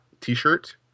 T-shirt